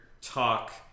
talk